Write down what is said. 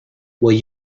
will